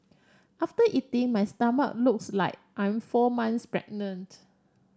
after eating my stomach looks like I'm four months pregnant